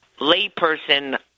layperson